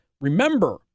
remember